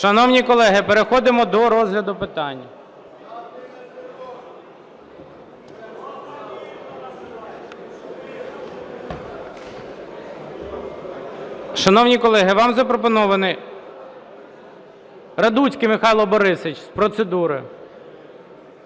Шановні колеги, переходимо до розгляду питань. Шановні колеги, вам запропонований... Радуцький Михайло Борисович, з процедури.